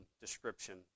description